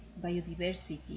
biodiversity